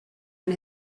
and